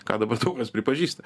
ką dabar daug kas pripažįsta